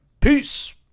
Peace